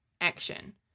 action